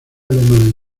alemana